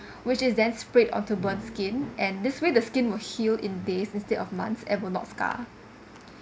which is then sprayed onto burnt skin and this way the skin will heal in days instead of months and will not scar